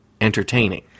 entertaining